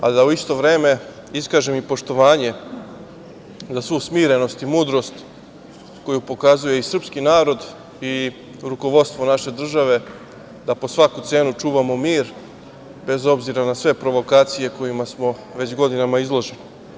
Želim da u isto vreme iskažem i poštovanje za svu smirenost i mudrost koju pokazuje i srpski narod i rukovodstvo naše države da po svaku cenu čuvamo mir, bez obzira na sve provokacije kojima smo već godinama izloženi.